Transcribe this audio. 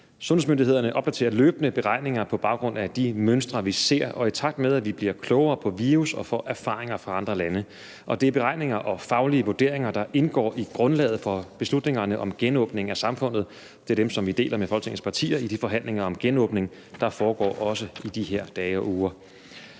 Sundhedsmyndighederne opdaterer løbende beregninger på baggrund af de mønstre, vi ser, og i takt med at vi bliver klogere på virus og får erfaringer fra andre lande. Og det er beregninger og faglige vurderinger, der indgår i grundlaget for beslutningerne om genåbningen af samfundet; det er dem, som vi deler med Folketingets partier i de forhandlinger om genåbning, der også foregår i de her dage og uger.